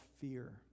fear